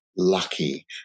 lucky